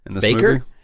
Baker